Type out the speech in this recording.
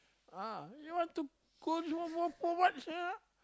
ah you want to go you want more for what sia